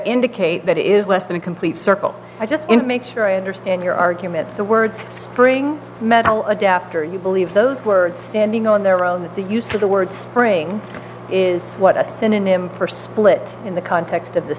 indicate that it is less than complete circle i just make sure i understand your argument the words spring metal adapter you believe those words standing on their own that the use of the word spring is what a synonym for split in the context of the